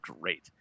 great